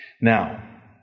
Now